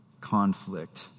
conflict